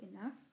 enough